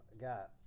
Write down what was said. got